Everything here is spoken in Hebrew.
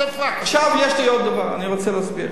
עכשיו יש לי עוד דבר, אני רוצה להסביר.